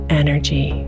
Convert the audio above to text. energy